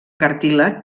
cartílag